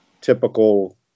typical